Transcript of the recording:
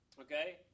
okay